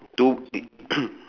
two